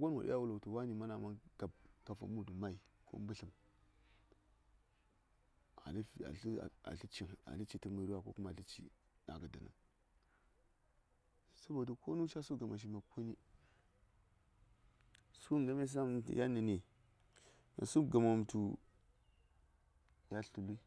gon wo ɗya wul ngətuwani ma man kab kafa mudu mai ko mbətləm a tlə ci məri wako a tlə ci ɗa ngə ɗən sabotu konu ca su gama shi mop koni su ngən games yan nə ni mya su gamawom tu yalt tə lui